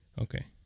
Okay